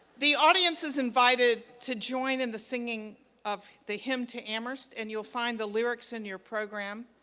the audience is invited to join in the singing of the hymn to amherst. and you'll find the lyrics in your program.